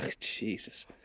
Jesus